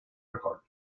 alcohol